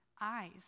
eyes